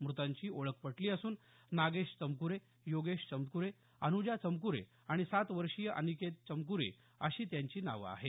म्रतांची ओळख पटली असून नागेश चमक्रे योगेश चमक्रे अनुजा चमक्रे आणि सात वर्षीय अनिकेत चमक्रे अशी त्यांची नावं आहेत